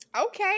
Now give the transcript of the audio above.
Okay